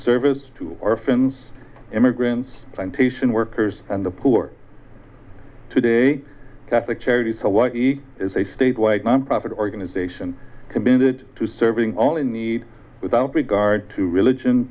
service to our friends immigrants plantation workers and the poor today catholic charities hawaii is a statewide nonprofit organization committed to serving all in need without regard to religion